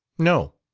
no.